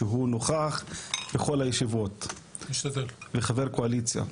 שנוכח בכל הישיבות וחבר קואליציה.